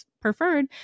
preferred